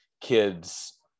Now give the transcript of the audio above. kids